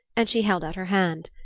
and she held out her hand.